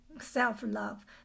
self-love